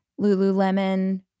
Lululemon